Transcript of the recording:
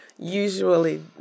Usually